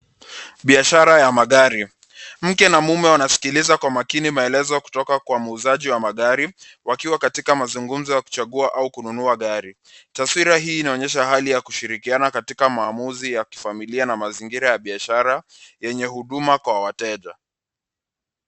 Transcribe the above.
Biashara ya magari mke na mume wanasikiliza kwa makini maelezo kutoka Kwa muuzaji wa magari wakiwa katika mazungumzo ya kuchagua au kununua gari. Taswira hii inaonyesha Hali ya kushirikiana katika maamuzi ya kifamilia na mazingira ya biashara yenye huduma kwa wateja.